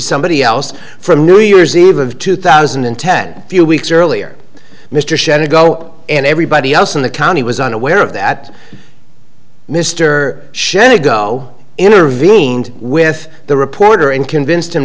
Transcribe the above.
somebody else from new year's eve of two thousand and ten few weeks earlier mr shand to go and everybody else in the county was unaware of that mr shelley go intervened with the reporter and convinced him